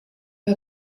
per